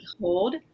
hold